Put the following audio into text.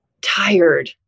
tired